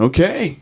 Okay